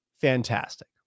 fantastic